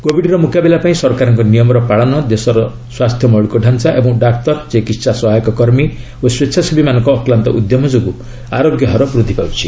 କୋବିଡ୍ର ମ୍ରକାବିଲା ପାଇଁ ସରକାରଙ୍କ ନିୟମର ପାଳନ ଦେଶର ସ୍ୱାସ୍ଥ୍ୟ ମୌଳିକ ଢାଞ୍ଚା ଏବଂ ଡାକ୍ତର ଚିକିତ୍ସା ସହାୟକ କର୍ମୀ ଓ ସ୍ପେଚ୍ଛାସେବୀମାନଙ୍କ ଅକ୍ଲାନ୍ତ ଉଦ୍ୟମ ଯୋଗୁଁ ଆରୋଗ୍ୟ ହାର ବୃଦ୍ଧି ପାଉଛି